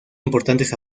importantes